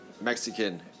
Mexican